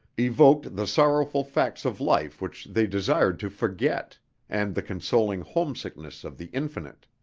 evoked the sorrowful facts of life which they desired to forget and the consoling homesickness of the infinite.